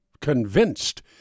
convinced